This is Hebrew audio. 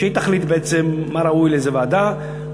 והיא תחליט בעצם מה ראוי לאיזו ועדה.